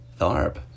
Tharp